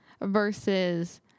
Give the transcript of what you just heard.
versus